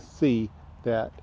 see that